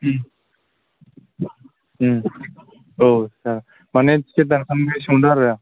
औ जा माने टिकेट दानखानाय सोंदों आरो